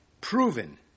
proven